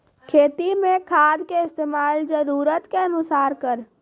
खेती मे खाद के इस्तेमाल जरूरत के अनुसार करऽ